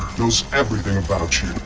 knows everything about you,